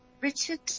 Richard